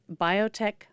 biotech